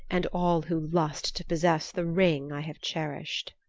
and all who lust to possess the ring i have cherished.